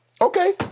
Okay